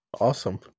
awesome